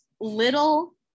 little